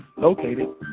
located